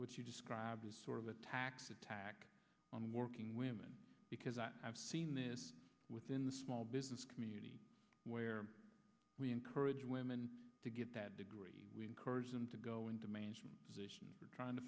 what you describe as sort of a tax attack on working women because i have seen this with in the small business community where we encourage women to get that degree we encourage them to go into management positions trying to